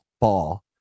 ball